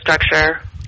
structure